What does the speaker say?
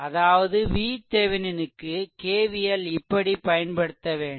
அதாவது VThevenin க்கு K V L இப்படி பயன்படுத்தவேண்டும்